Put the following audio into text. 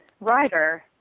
rider